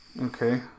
Okay